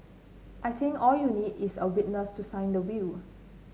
I think all you need is a witness to sign the will